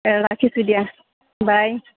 অঁ ৰাখিছোঁ দিয়া বাই